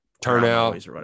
Turnout